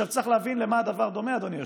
צריך להבין למה הדבר דומה, אדוני היושב-ראש.